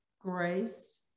grace